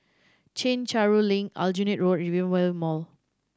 Chencharu Link Aljunied Road and Rivervale Mall